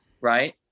right